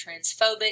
transphobic